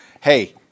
hey